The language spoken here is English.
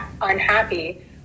unhappy